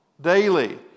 Daily